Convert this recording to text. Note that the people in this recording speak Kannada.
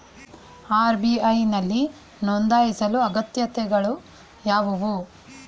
ಆರ್.ಬಿ.ಐ ನಲ್ಲಿ ನೊಂದಾಯಿಸಲು ಅಗತ್ಯತೆಗಳು ಯಾವುವು?